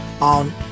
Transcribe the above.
on